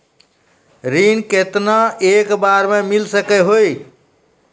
ऋण केतना एक बार मैं मिल सके हेय?